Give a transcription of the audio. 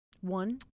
One